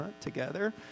together